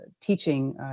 teaching